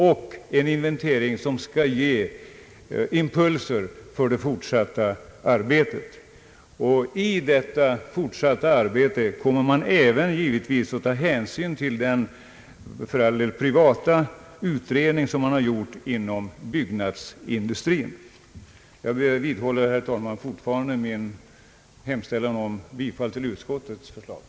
Det är en inventering som skall ge impulser för det fortsatta arbetet, i vilket man givetvis även kommer att ta hänsyn till den — för all del privata — utredning som : gjorts inom - byggnadsindustrin. Herr talman! Jag vidhåller fortfarande mitt yrkande om bifall till utskottets hemställan.